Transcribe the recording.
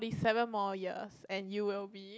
seven more years and you will be